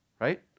right